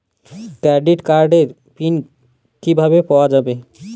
Credit কার্ডের pin কিভাবে পাওয়া যাবে?